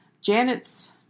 Janet's